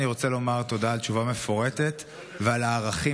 אני רוצה לומר תודה על תשובה מפורטת ועל הערכים